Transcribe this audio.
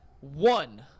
one